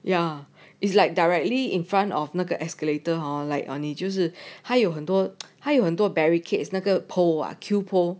ya it's like directly in front of 那个 escalator hor like 你就是还有很多还有很多 barricades 那个 pole ah queue pole